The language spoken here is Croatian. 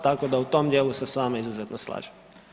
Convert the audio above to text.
Tako da u tom dijelu se s vama izuzetno slažem.